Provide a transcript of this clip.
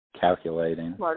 calculating